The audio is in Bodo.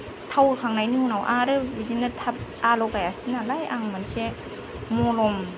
थाव होखांनायनि उनाव आरो बिदिनो थाब आलौगायासै नालाय आं मोनसे मलम